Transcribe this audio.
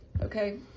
Okay